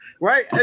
right